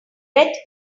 bet